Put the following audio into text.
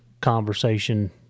conversation